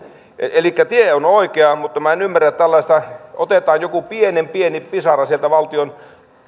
elikkä tie on oikea mutta minä en ymmärrä tällaista että otetaan joku pienen pieni pisara valtion